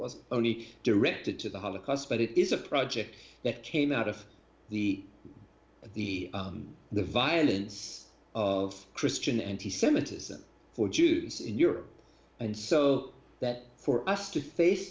was only directed to the holocaust but it is a project that came out of the the the violence of christian anti semitism for jews in europe and so that for us to face